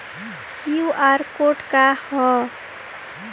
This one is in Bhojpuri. क्यू.आर कोड का ह?